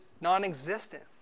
non-existent